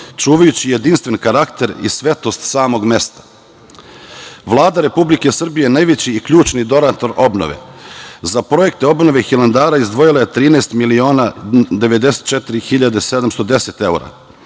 čuvajući jedinstven karakter i svetost samog mesta. Vlada Republike Srbije je najveći ključni donator obnove. Za projekte obnove Hilandara izdvojila je 13 miliona 94 hiljade 710 evra